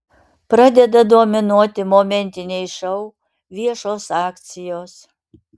pradeda dominuoti momentiniai šou viešos akcijos